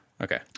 Okay